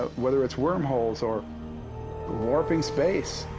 ah weather it's wormholes or warping space.